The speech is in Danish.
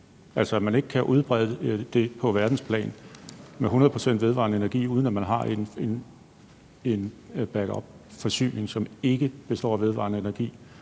altså at man ikke kan udbrede det på verdensplan med hundrede procent vedvarende energi, uden at man har en backupforsyning, som ikke består af vedvarende energi?